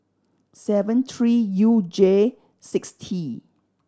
seven three U J six T